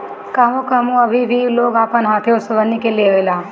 कहवो कहवो अभीओ लोग अपन हाथे ओसवनी के लेवेला